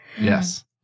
Yes